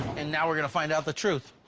and now we're going to find out the truth.